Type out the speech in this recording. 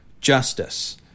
justice